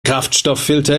kraftstofffilter